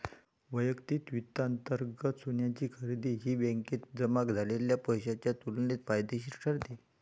वैयक्तिक वित्तांतर्गत सोन्याची खरेदी ही बँकेत जमा झालेल्या पैशाच्या तुलनेत फायदेशीर ठरते